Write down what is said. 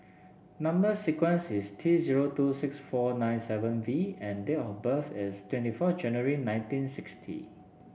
number sequence is T zero two six four nine seven V and date of birth is twenty four January nineteen sixty